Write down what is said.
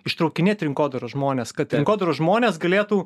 ištraukinėt rinkodaros žmones kad rinkodaros žmonės galėtų